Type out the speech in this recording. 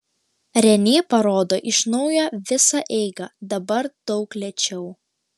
renė parodo iš naujo visą eigą dabar daug lėčiau